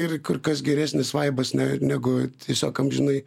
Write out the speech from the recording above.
ir kur kas geresnis vaibas ne negu tiesiog amžinai